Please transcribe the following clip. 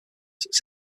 since